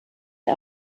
der